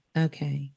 okay